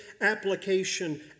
application